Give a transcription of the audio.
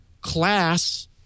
class